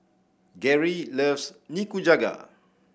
Geri loves Nikujaga